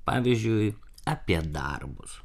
pavyzdžiui apie darbus